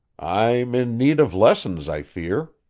i'm in need of lessons, i fear.